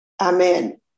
Amen